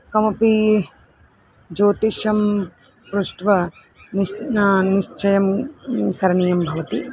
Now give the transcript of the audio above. कमपि ज्योतिषं पृष्ट्वा निश् निश्चयं करणीयं भवति